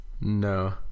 no